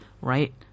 right